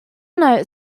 note